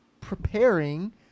preparing